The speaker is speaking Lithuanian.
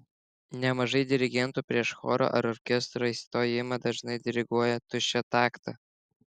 nemažai dirigentų prieš choro ar orkestro įstojimą dažnai diriguoja tuščią taktą